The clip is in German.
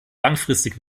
langfristig